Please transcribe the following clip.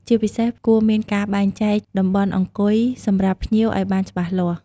ជាពិសេស គួរមានការបែងចែកតំបន់អង្គុយសម្រាប់ភ្ញៀវឲ្យបានច្បាស់លាស់។